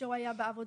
כשהוא היה בעבודה.